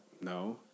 No